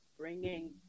Bringing